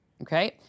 Okay